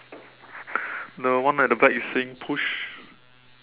the one at the back is saying push